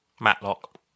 Matlock